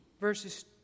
verses